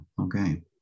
okay